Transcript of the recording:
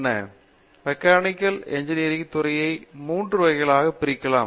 பேராசிரியர் Babu Viswanathan mechanical engineering துறையை மூன்று வகைகளாக பிரிக்கலாம்